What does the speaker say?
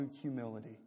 humility